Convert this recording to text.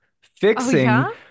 fixing